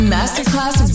Masterclass